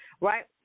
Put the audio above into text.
right